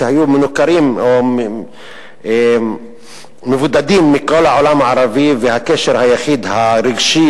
שהיו מנוכרים או מבודדים מכל העולם הערבי והקשר היחיד הרגשי,